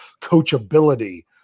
coachability